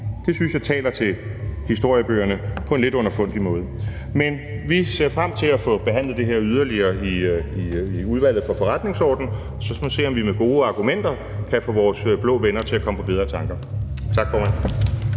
Det synes jeg taler til historiebøgerne på en lidt underfundig måde. Men vi ser frem til at få behandlet det her yderligere i Udvalget for Forretningsordenen. Så må vi se, om vi med gode argumenter kan få vores blå venner til at komme på bedre tanker. Tak, formand.